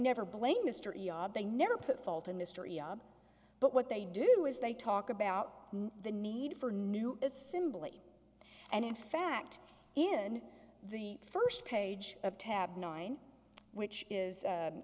never blame mr they never put fault in history yob but what they do is they talk about the need for new assembly and in fact in the first page of tab nine which is